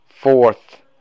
fourth